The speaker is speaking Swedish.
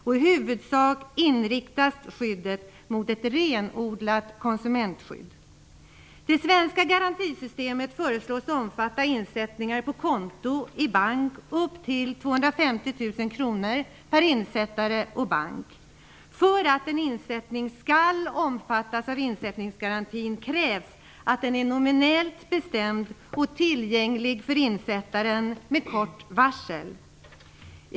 I huvudsak inriktas skyddet mot ett renodlat konsumentskydd. Det svenska garantisystemet föreslås omfatta insättningar på konto i bank upp till 250 000 kronor per insättare och bank. För att en insättning skall omfattas av insättningsgarantin krävs att den är nominellt bestämd och tillgänglig för insättaren med kort varsel.